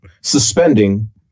suspending